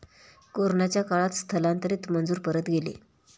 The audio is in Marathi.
कोरोनाच्या काळात स्थलांतरित मजूर परत गेले